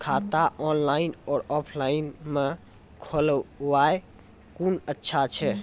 खाता ऑनलाइन और ऑफलाइन म खोलवाय कुन अच्छा छै?